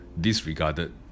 disregarded